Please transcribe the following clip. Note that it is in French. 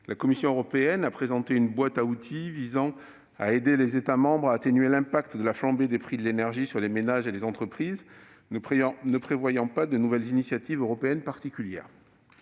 la Commission européenne a présenté une « boîte à outils » visant à aider les États membres à atténuer l'impact de la flambée des prix de l'énergie sur les ménages et les entreprises, ne prévoyant pas de nouvelle initiative européenne particulière.